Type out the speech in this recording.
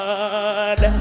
God